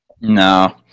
no